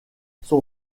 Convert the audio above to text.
son